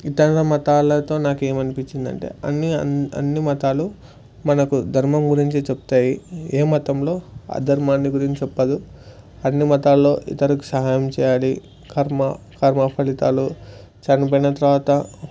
ఇతర మతాలతో నాకు ఏమనిపించిందంటే అన్ని అ అన్ని మతాలు మనకు ధర్మం గురించి చెప్తాయి ఏ మతంలో అధర్మాన్ని గురించి చెప్పదు అన్ని మతాల్లో ఇతరులకి సహాయం చేయడి కర్మ కర్మ ఫలితాలు చనిపోయిన తర్వాత